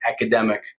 academic